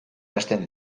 hasten